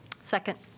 Second